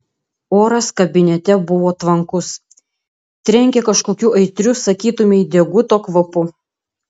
oras kabinete buvo tvankus trenkė kažkokiu aitriu sakytumei deguto kvapu